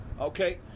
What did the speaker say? Okay